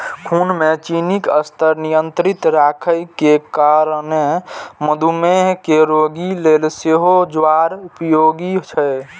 खून मे चीनीक स्तर नियंत्रित राखै के कारणें मधुमेह के रोगी लेल सेहो ज्वार उपयोगी छै